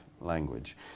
language